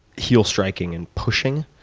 heel striking and pushing.